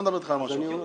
לא מדבר אתך על משהו אחר.